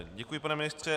Děkuji, pane ministře.